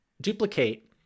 duplicate